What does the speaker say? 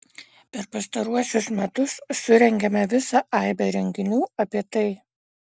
per pastaruosius metus surengėme visą aibę renginių apie tai